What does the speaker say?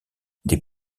des